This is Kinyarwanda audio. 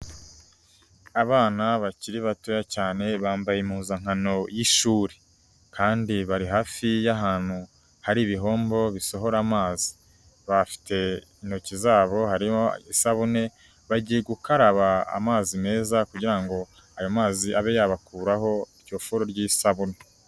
Abana bakiri batoya cyane, bambaye impuzankano y'ishuri kandi bari hafi y'ahantu hari ibihombo bisohora amazi, bafite intoki zabo hariho isabune, bagiye gukaraba amazi meza kugira ngo ayo mazi abe yabakuraho iryo furo ry'isabune.